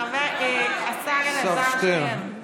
השר אלעזר שטרן,